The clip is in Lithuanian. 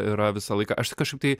yra visą laiką aš tai kažkaip tai